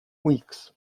weeks